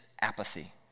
apathy